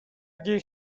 گیر